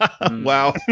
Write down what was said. Wow